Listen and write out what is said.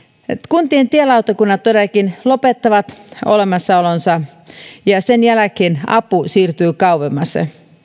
kuntien tielautakunnat todellakin lopettavat olemassaolonsa ja sen jälkeen apu siirtyy kauemmas